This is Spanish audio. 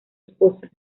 esposa